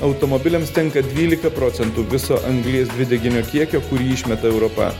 automobiliams tenka dvylika procentų viso anglies dvideginio kiekio kurį išmeta europa